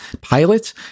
pilot